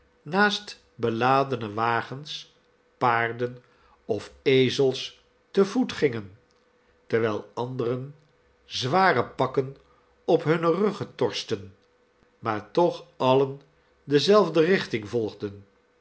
naast beladene wagens paarden of ezels te voet gingen terwijl anderen zware pakken op hunne ruggen torschten maar toch alien dezelfde richting volgden